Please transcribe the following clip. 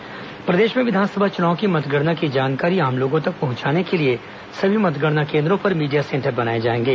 मतगणना media centre प्रदेश में विधानसभा चुनाव की मतगणना की जानकारी आम लोगों तक पहुंचाने के लिए सभी मतगणना केन्द्रों पर मीडिया सेंटर बनाए जाएंगे